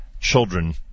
children